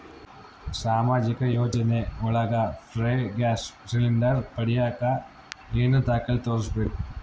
ಸಾಮಾಜಿಕ ಯೋಜನೆ ಒಳಗ ಫ್ರೇ ಗ್ಯಾಸ್ ಸಿಲಿಂಡರ್ ಪಡಿಯಾಕ ಏನು ದಾಖಲೆ ತೋರಿಸ್ಬೇಕು?